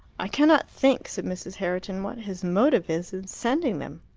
i cannot think, said mrs. herriton, what his motive is in sending them.